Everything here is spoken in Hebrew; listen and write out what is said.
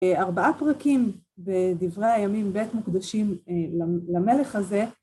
ארבעה פרקים בדברי הימים ב' מוקדשים למלך הזה.